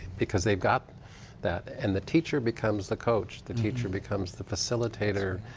because they've got that and the teacher becomes the coach. the teacher becomes the facilitator.